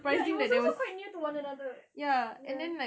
ya it was also quite near to one another ya